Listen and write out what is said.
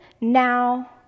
now